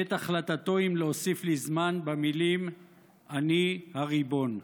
את החלטתו אם להוסיף לי זמן במילים "אני הריבון".